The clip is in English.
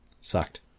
Sucked